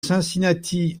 cincinnati